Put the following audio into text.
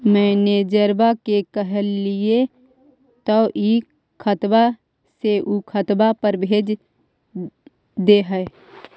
मैनेजरवा के कहलिऐ तौ ई खतवा से ऊ खातवा पर भेज देहै?